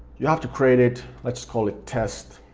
you have to create it, let's just call it test,